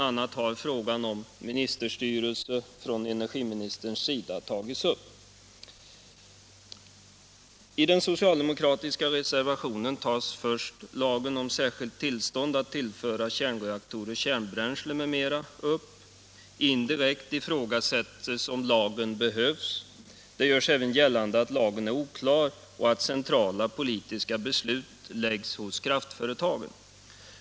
a. har frågan om ministerstyrelse från energiministerns sida tagits upp. I den socialdemokratiska reservationen tas först upp ”lagen om särskilt tillstånd att tillföra kärnreaktorer kärnbränsle m.m.” Indirekt ifrågasätts om lagen behövs. Det görs även gällande att lagen är oklar och att centrala politiska beslut läggs hos kraftföretagen.